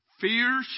Fear